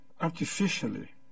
artificially